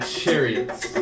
chariots